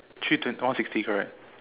three twenty one sixty correct